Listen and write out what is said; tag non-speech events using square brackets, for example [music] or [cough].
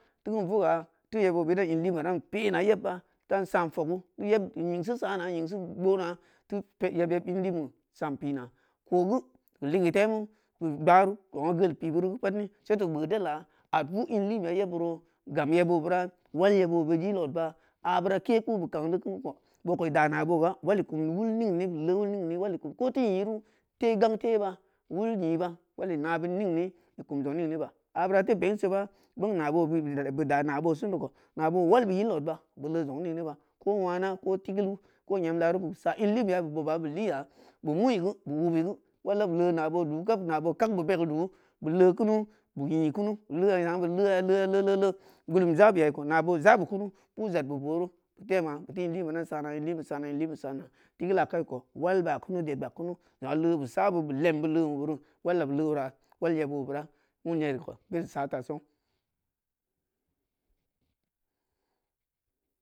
Teu keun vuga teu yebo bed in lin pena yebba tan san fogu yed nyingsi sana nyisi gboona teu pe yeb-yeb in lin san pina kooh geu kum ligeu temu [hesitation] keu gba’aru keu ong a gel pi biri geu pad ni seito gboo della ad vuu in limbeya yeb beuro gam yeb obeura wal yeb o beud yil odba abura kà ku beu kang deu kein kou boko beu da na booga wali kum wul ningne beu lee wul ningne wali kum ko teu nyi ru the gang the ba wul nyi ba wal i na beud ningne i kum jon ningne ba abura teu bengsi yeba bong na bobeud leb beu da na boo sen de ko nà bow al beu yil odba beu lee ong ningne ba ko wana ko tigeulu ko nyam laaru beu sa in lin beya beu boba beu liya beu meii geu beu wubeu geu wal da beu lee nabo duu gab na boo kak beu bele du beu lee kunu beu nyi kunu beu leeh a nya beu lee ah-leeh-leh gulum ja beii ko na boo ja beu kunu puu jan beu boo ru beuteu ema beu teu in lin be dan sana in linbe sana-in lin be sana tigeul ya a kai kou wal bua kunu ded bua kunu zong ‘a lee busa beu beu lem bid lee meuri waly a beu lee wora wal yeb o beura wun yeri ko beu sa ta sang [noise]